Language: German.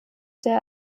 der